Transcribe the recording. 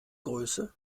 größe